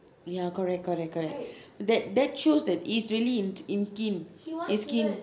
ya correct correct correct that that shows that he's really in keen is keen